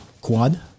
quad